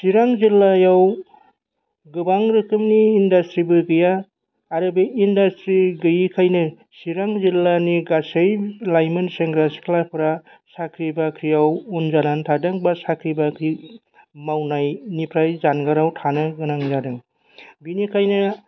चिरां जिल्लायाव गोबां रोखोमनि इन्डासट्रिबो गैया आरो बे इन्डासट्रि गैयैखायनो चिरां जिल्लानि गासै लाइमोन सेंग्रा सिख्लाफ्रा साख्रि बाख्रिआव उन जानानै थादों एबा साख्रि बाख्रि मावनायनिफ्राय जानगाराव थानो गोनां जादों बिनिखायनो